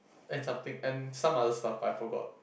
and something and some other stuff I forgot